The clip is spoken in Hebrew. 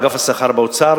אגף השכר באוצר,